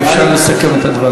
אם אפשר לסכם את הדברים.